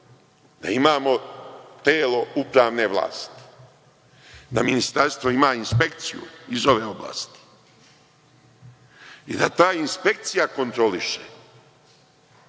da imamo telo upravne vlasti, da ministarstvo ima inspekciju iz ove oblasti i da ta inspekcija kontroliše,